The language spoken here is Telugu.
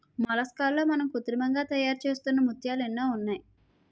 మొలస్కాల్లో మనం కృత్రిమంగా తయారుచేస్తున్న ముత్యాలు ఎన్నో ఉన్నాయి